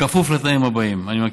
בכפוף לתנאים הבאים, ואני מקריא,